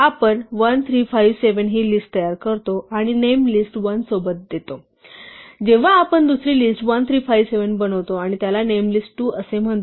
आपण 1 3 5 7 हि लिस्ट तयार करतो आणि नेम लिस्ट 1 सोबत देतो आणि जेव्हा आपण दुसरी लिस्ट 1 3 5 7 बनवतो आणि त्याला नेम लिस्ट 2 असे म्हणतो